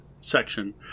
section